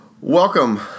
Welcome